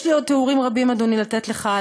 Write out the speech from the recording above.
יש לי עוד תיאורים רבים לתת לך,